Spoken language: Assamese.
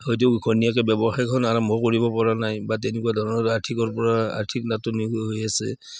হয়তো ঘৈনীয়েকে ব্যৱসায়খন আৰম্ভ কৰিব পৰা নাই বা তেনেকুৱা ধৰণৰ আৰ্থিকৰ পৰা আৰ্থিক নাটনি হৈ আছে